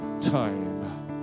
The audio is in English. time